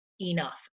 enough